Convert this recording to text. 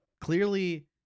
clearly